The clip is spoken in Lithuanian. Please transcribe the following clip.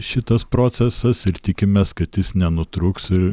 šitas procesas ir tikimės kad jis nenutrūks ir